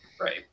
Right